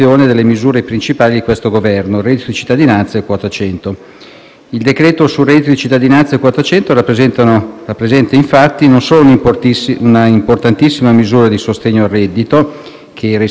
Il modello di presidio mira ad assicurare una copertura completa delle esigenze dell'intera platea di riferimento in campo previdenziale e assistenziale. L'accentramento delle attività medico legali, operato da tale modello organizzativo